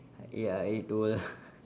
ya it will